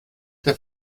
der